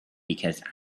because